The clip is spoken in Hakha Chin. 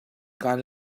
kaan